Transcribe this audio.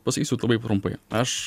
pasakysiu labai trumpai aš